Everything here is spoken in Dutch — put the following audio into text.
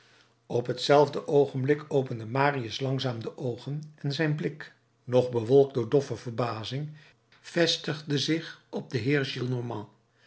op hetzelfde oogenblik opende marius langzaam de oogen en zijn blik nog bewolkt door doffe verbazing vestigde zich op den